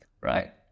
right